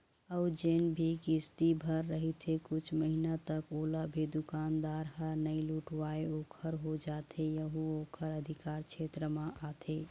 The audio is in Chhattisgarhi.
अउ जेन भी किस्ती भर रहिथे कुछ महिना तक ओला भी दुकानदार ह नइ लहुटाय ओखर हो जाथे यहू ओखर अधिकार छेत्र म आथे